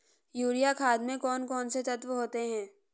Urea खाद में कौन कौन से तत्व होते हैं?